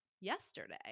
yesterday